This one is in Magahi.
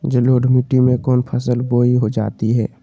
जलोढ़ मिट्टी में कौन फसल बोई जाती हैं?